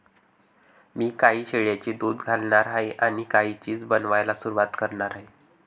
मी काही शेळ्यांचे दूध घालणार आहे आणि काही चीज बनवायला सुरुवात करणार आहे